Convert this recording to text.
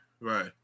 Right